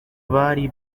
bari